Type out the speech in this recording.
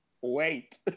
wait